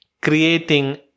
creating